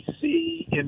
see